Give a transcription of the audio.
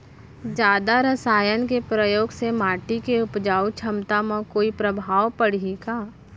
जादा रसायन के प्रयोग से माटी के उपजाऊ क्षमता म कोई प्रभाव पड़ही का?